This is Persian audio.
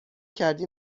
کردی